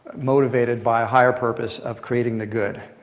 motivated by a higher purpose of creating the good,